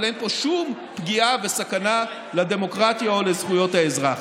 אבל אין פה שום פגיעה וסכנה לדמוקרטיה או לזכויות האזרח.